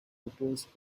opposed